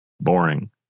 boring